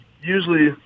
usually